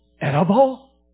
edible